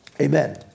Amen